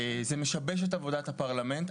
זה משבש את עבודת הפרלמנט.